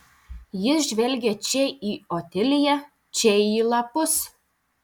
jis žvelgė čia į otiliją čia į lapus